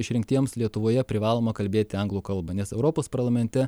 išrinktiems lietuvoje privaloma kalbėti anglų kalba nes europos parlamente